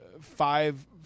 five